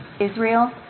Israel